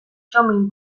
txomin